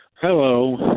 Hello